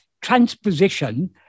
transposition